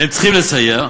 הם צריכים לסייע,